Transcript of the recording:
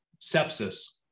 sepsis